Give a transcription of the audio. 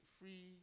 free